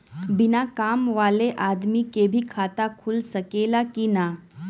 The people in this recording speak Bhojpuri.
बिना काम वाले आदमी के भी खाता खुल सकेला की ना?